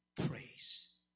praise